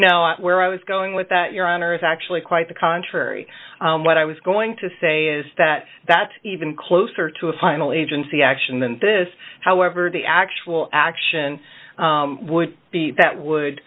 know where i was going with that your honor is actually quite the contrary what i was going to say is that that's even closer to a final agency action than this however the actual action would be that would